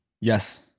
Yes